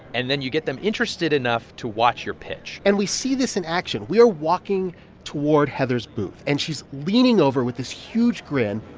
and then you get them interested enough to watch your pitch and we see this in action. we are walking toward heather's booth, and she's leaning over with this huge grin,